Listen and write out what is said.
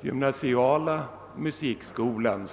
gymnasiala musikskolan.